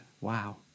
wow